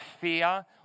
fear